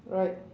right